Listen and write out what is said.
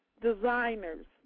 designers